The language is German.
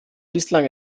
bislang